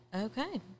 Okay